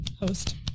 host